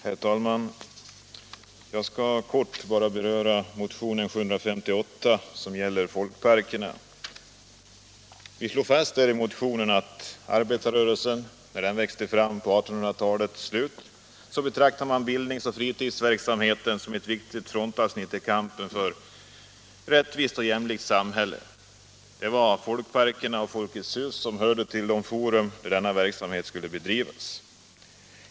Herr talman! Jag skall bara kort beröra motionen 758, som gäller folkparkerna. Vi slår i motionen fast att arbetarrörelsen när den växte fram vid 1800 talets slut betraktade bildningsoch fritidsverksamheten som ett viktigt avsnitt i kampen för ett rättvist och jämlikt samhälle. Folkparkerna och Folkets hus var de fora där denna verksamhet skulle bedrivas.